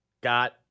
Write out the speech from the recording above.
got